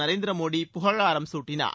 நரேந்திர மோடி புகழாரம் சூட்டினார்